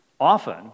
often